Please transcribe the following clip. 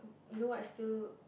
you know why I still